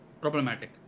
problematic